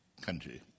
country